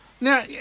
Now